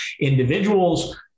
individuals